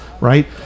right